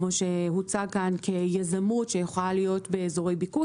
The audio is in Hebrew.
כמו שהוצג כאן כיזמות שיכולה להיות באזורי ביקוש.